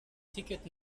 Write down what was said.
ticket